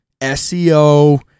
SEO